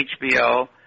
HBO